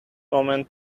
moment